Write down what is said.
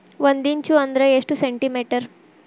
ಒಂದಿಂಚು ಅಂದ್ರ ಎಷ್ಟು ಸೆಂಟಿಮೇಟರ್?